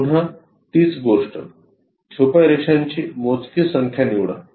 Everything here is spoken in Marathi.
पुन्हा तीच गोष्टी छुप्या रेषांची मोजकी संख्या निवडा